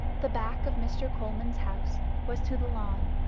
the back of mr. coleman's house was to the lawn,